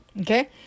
Okay